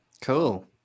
Cool